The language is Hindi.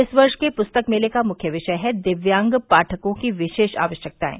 इस वर्ष के प्रस्तक मेले का मुख्य विषय है दिव्यांग पाठकों की विशेष आवश्यकताएं